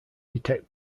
detect